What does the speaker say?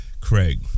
Craig